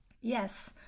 Yes